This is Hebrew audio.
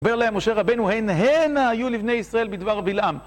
אומר להם, משה רבנו, הן הן היו לבני ישראל בדבר בלעם.